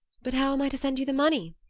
but how am i to send you the money?